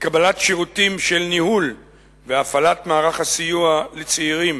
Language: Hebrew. שירותי ניהול והפעלת מערך הסיוע לצעירים